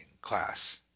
class